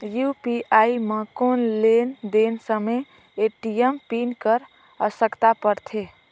UPI म कौन लेन देन समय ए.टी.एम पिन कर आवश्यकता पड़थे?